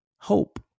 Hope